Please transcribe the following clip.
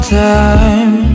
time